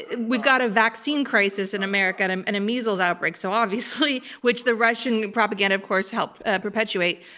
we've got a vaccine crisis in america, and and a measles outbreak, so obviously, which the russian propaganda of course helped ah perpetuate.